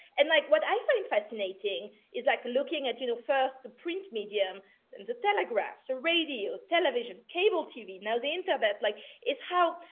and like what i find fascinating is like looking at, you know, first the print medium and the telegraph. so radio, television, cable tv, now the internet but like is how,